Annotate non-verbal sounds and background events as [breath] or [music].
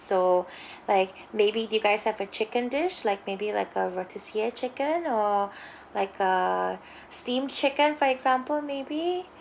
so [breath] like [breath] maybe if you guys have a chicken dish like maybe like a rotisserie chicken or [breath] like a [breath] steamed chicken for example maybe [breath]